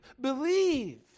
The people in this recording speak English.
believe